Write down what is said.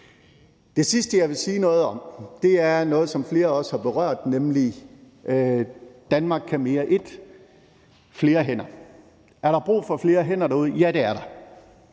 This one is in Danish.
Det sidste, jeg vil sige noget om, er noget, som flere andre også har berørt, nemlig »Danmark kan mere I« og flere hænder. Er der brug for flere hænder derude? Ja, det er der.